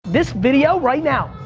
this video, right now,